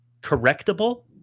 correctable